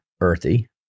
earthy